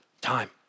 Time